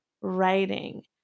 writing